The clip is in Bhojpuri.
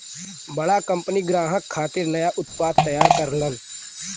बड़ा कंपनी ग्राहक खातिर नया उत्पाद तैयार करलन